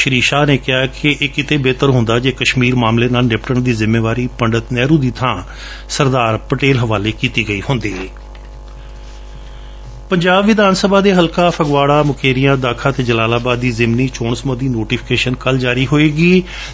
ਸ੍ਰੀ ਸ਼ਾਹ ਨੇ ਕਿਹਾ ਕਿ ਇਹ ਕਿਤੇ ਬੇਹਤਰ ਹੁੰਦਾ ਹੇ ਕਸ਼ਮੀਰ ਮਾਮਲੇ ਨਾਲ ਨਿਬਟਣ ਦੀ ਜਿੰਮੇਵਾਰੀ ਪੰਡਤ ਨਹਿਰੂ ਦੀ ਥਾਂ ਸਰਦਾਰ ਪਟੇਲ ਹਵਾਲੇ ਕੀਤੀ ਹੁੰਦੀ ਪੰਜਾਬ ਦੇ ਵਿਧਾਨਸਭਾ ਹਲਕਾ ਫਗਵਾਤਾ ਮੁਕੇਰੀਆਂ ਦਾਖਾ ਅਤੇ ਜਲਾਲਾਬਾਦ ਦੀ ਜਿਮਨੀ ਚੋਣ ਸਬੰਧੀ ਨੋਟੀਫਿਕੇਸ਼ਨ ਕੱਲ ਜਾਰੀ ਹੋਵੇਗੀ